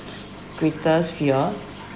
greatest fear